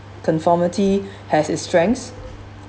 conformity has its strengths